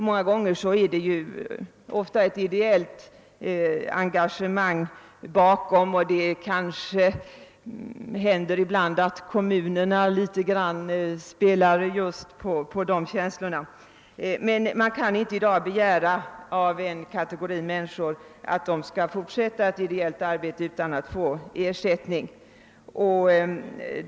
Många gånger ligger det ett ideellt engagemang bakom, och det händer tyvärr ibland att kommunerna spelar litet just på sådana känslor. Man kan emellertid inte i dag begära att en kategori människor skall fortsätta ett ideellt arbete utan att få ersättning.